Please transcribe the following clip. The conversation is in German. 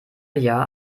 jahr